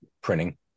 printing